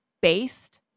based